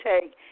take